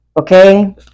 Okay